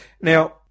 Now